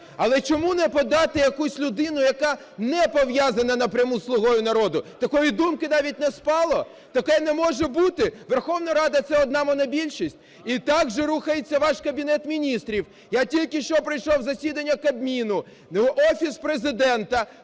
але чому не подати якусь людину, яка не пов'язана напряму з "Слугою народу"? Такої думки навіть не спало, таке не може бути? Верховна Рада - це одна монобільшість? І так же рухається ваш Кабінет Міністрів. Я тільки що прийшов з засідання Кабміну. Офіс Президента